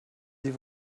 sie